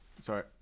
sorry